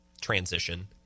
transition